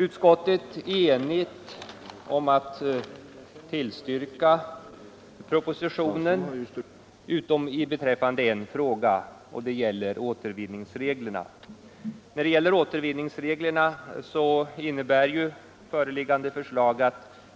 Utskottet är enigt utom beträffande en fråga, och den gäller återvin ningsreglerna. Nr 58 I fråga om återvinningsreglerna innebär föreliggande förslag att